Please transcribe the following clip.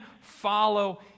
follow